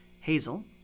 Hazel